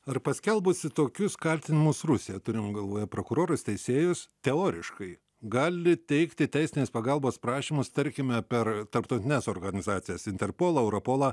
ar paskelbusi tokius kaltinimus rusija turim galvoje prokurorus teisėjus teoriškai gali teikti teisinės pagalbos prašymus tarkime per tarptautines organizacijas interpolą europolą